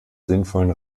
sinnvollen